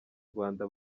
rwanda